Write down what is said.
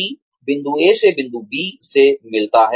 बिंदु A से बिंदु B से मिलता है